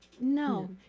no